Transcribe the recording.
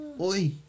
Oi